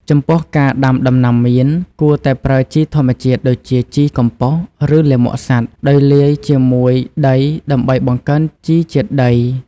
ចំពោះការដាំដំណាំមៀន គួរតែប្រើជីធម្មជាតិដូចជាជីកំប៉ុស្តិ៍ ឬលាមកសត្វ ដោយលាយជាមួយដីដើម្បីបង្កើនជីជាតិដី។